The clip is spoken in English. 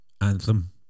anthem